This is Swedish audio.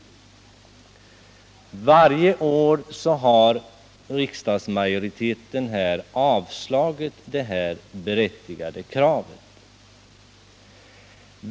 Varje år har riksdagsmajoriteten avslagit detta berättigade krav.